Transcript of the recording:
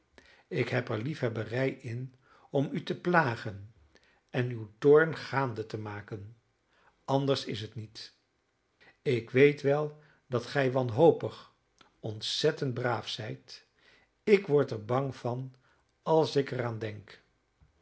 ik heb er liefhebberij in om u te plagen en uw toorn gaande te maken anders is het niet ik weet wel dat gij wanhopig ontzettend braaf zijt ik word er bang van als ik er aan denk